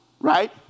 Right